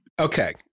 Okay